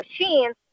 machines